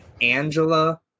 Angela